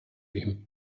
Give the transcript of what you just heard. ihm